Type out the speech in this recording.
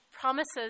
promises